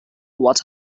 what